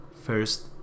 first